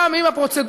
גם אם הפרוצדורה,